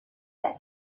that